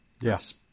Yes